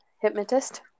hypnotist